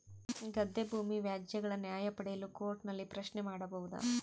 ಗದ್ದೆ ಭೂಮಿ ವ್ಯಾಜ್ಯಗಳ ನ್ಯಾಯ ಪಡೆಯಲು ಕೋರ್ಟ್ ನಲ್ಲಿ ಪ್ರಶ್ನೆ ಮಾಡಬಹುದಾ?